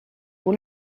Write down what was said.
pour